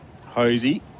Hosey